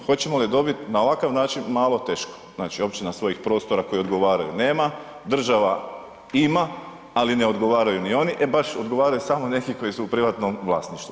Hoćemo li dobiti, na ovakav način malo teško, znači općina svojih prostora koji odgovaraju nema, država ima, ali ne odgovaraju ni oni, e baš odgovaraju samo neki koji su u privatnom vlasništvu.